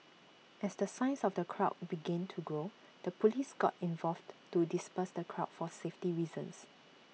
as the size of the crowd begin to grow the Police got involved to disperse the crowd for safety reasons